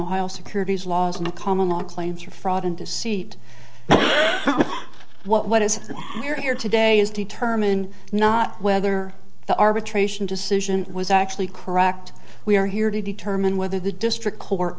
ohio securities laws and the common law claims of fraud and deceit what is clear here today is determine not whether the arbitration decision was actually correct we are here to determine whether the district court